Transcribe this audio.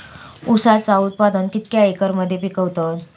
ऊसाचा उत्पादन कितक्या एकर मध्ये पिकवतत?